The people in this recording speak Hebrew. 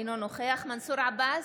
אינו נוכח מנסור עבאס,